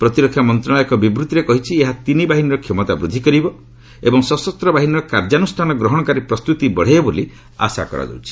ପ୍ରତିରକ୍ଷା ମନ୍ତ୍ରଣାଳୟ ଏକ ବିବୂଭିରେ କହିଛି ଏହା ତିନି ବାହିନୀର କ୍ଷମତା ବୃଦ୍ଧି କରିବ ଏବଂ ସଶସ୍ତ ବାହିନୀର କାର୍ଯ୍ୟାନୁଷାନ ଗ୍ରହଣକାରୀ ପ୍ରସ୍ତୁତି ବଡ଼େଇବ ବୋଲି ଆଶା କରାଯାଉଛି